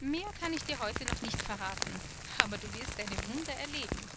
mehr kann ich dir heute noch nicht verraten aber du wirst deine wunder erleben